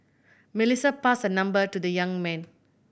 Melissa passed her number to the young man